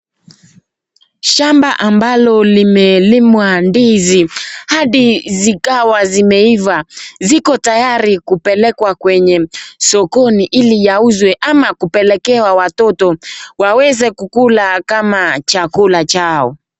Shamba ambalo limelimwa ndizi hadi zikawa zimeiva. Ziko tayari kupelekwa kwenye sokoni ili yauzwe ama kupelekewa watoto waweze kukula kama chakula chao.